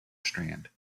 strand